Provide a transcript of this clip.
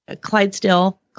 Clydesdale